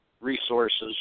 resources